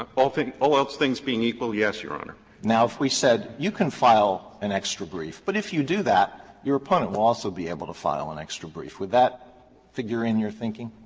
um all thing all else things being equal, yes, your honor. alito now, if we said you can file an extra brief, but if you do that your opponent will also be able to file an extra brief. would that figure in your thinking?